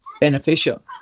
beneficial